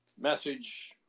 message